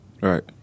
Right